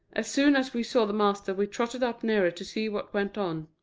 as soon as we saw the master we trotted up nearer to see what went on.